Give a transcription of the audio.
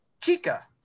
Chica